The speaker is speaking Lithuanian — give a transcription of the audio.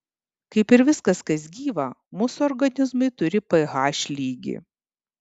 kaip ir viskas kas gyva mūsų organizmai turi ph lygį